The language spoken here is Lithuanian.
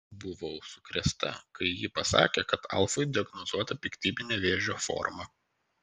buvau sukrėsta kai ji pasakė kad alfui diagnozuota piktybinė vėžio forma